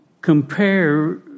compare